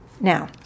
Now